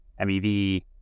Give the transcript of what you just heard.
MEV